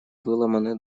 выломаны